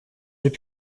deux